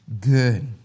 good